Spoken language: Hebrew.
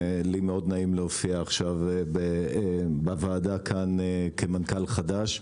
מאוד נעים לי להופיע עכשיו בוועדה כאן כמנכ"ל חדש.